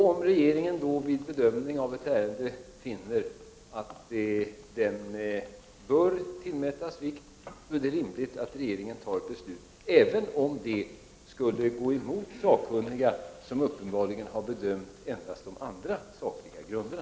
Om regeringen vid en bedömning av ett ärende finner att jämställdhetsaspekten bör tillmätas vikt, är det rimligt att regeringen fattar ett beslut även om det skulle gå emot de sakkunniga, som uppenbarligen endast har bedömt de andra sakliga grunderna.